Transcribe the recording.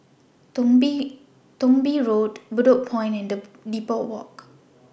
Thong Bee Road Bedok Point and Depot Walk